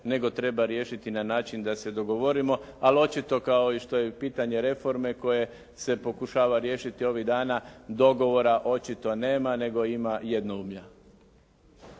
nego treba riješiti na način da se dogovorimo ali očito kao i što je pitanje reforme koje se pokušava riješiti ovih dana dogovora očito nema nego ima jednoumlja.